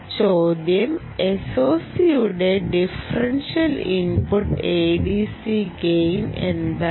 ചോദ്യം ടഠC യുടെ ഡിഫറൻഷ്യൽ ഇൻപുട്ട് ADC ഗെയിൻ എന്താണ്